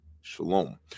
shalom